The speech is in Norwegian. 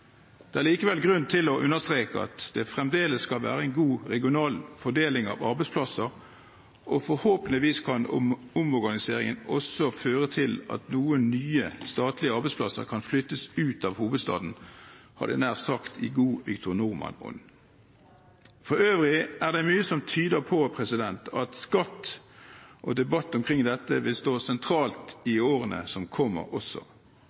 Det er likevel grunn til å understreke at det fremdeles skal være en god regional fordeling av arbeidsplasser, og forhåpentligvis kan omorganiseringen også føre til at noen nye statlige arbeidsplasser kan flyttes ut av hovedstaden, i god Victor Norman-ånd – hadde jeg nær sagt. For øvrig er det mye som tyder på at skatt og debatt omkring dette vil stå sentralt i årene som kommer, også.